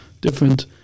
different